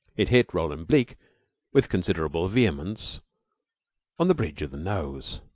it hit roland bleke with considerable vehemence on the bridge of the nose.